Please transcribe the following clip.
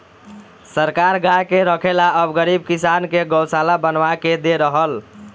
सरकार गाय के रखे ला अब गरीब किसान के गोशाला बनवा के दे रहल